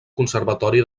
conservatori